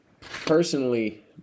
personally